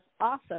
awesome